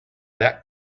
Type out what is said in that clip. that